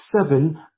seven